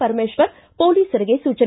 ಪರಮೇಶ್ವರ್ ಪೊಲೀಸರಿಗೆ ಸೂಚನೆ